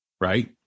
right